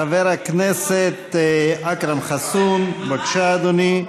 חבר הכנסת אכרם חסון, בבקשה, אדוני.